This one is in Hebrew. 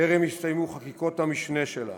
טרם הסתיימו חקיקות המשנה שלה